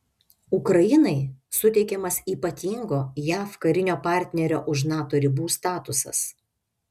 ukrainai suteikiamas ypatingo jav karinio partnerio už nato ribų statusas